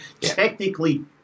Technically